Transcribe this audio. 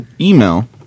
email